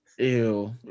Ew